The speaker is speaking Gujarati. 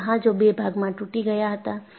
આ જહાજો બે ભાગમાં તૂટી ગયા હતા